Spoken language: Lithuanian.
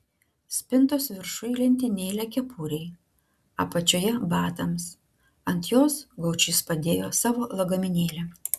spintos viršuj lentynėlė kepurei apačioje batams ant jos gaučys padėjo savo lagaminėlį